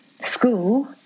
school